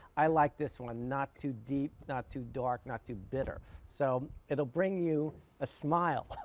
i like this one, not too deep, not too dark, not too bitter. so it will bring you a smile.